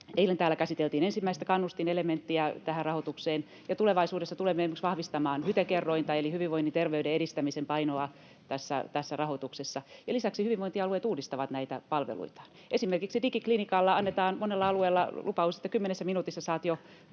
Eilen täällä käsiteltiin ensimmäistä kannustinelementtiä tähän rahoitukseen, ja tulevaisuudessa tulemme esimerkiksi vahvistamaan HYTE-kerrointa eli hyvinvoinnin ja terveyden edistämisen painoa tässä rahoituksessa. Lisäksi hyvinvointialueet uudistavat näitä palveluitaan. Esimerkiksi digiklinikalla annetaan monella alueella lupaus, että kymmenessä minuutissa saat jo